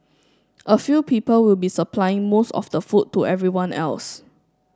a few people will be supplying most of the food to everyone else